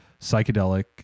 psychedelic